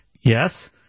Yes